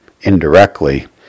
indirectly